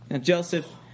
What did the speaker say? Joseph